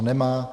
Nemá.